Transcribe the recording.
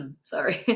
Sorry